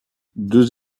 deux